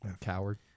Coward